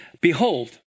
Behold